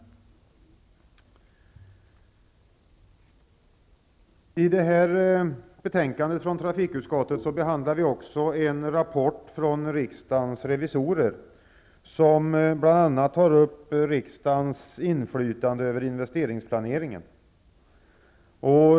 I detta utskottsbetänkande behandlar vi också en rapport från riksdagens revisorer, som bl.a. tar upp riksdagens inflytande över investeringsplaneringen.